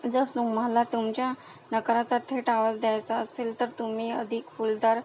जर तुम्हाला तुमच्या नकाराचा थेट आवाज द्यायचा असेल तर तुम्ही अधिक फुलदार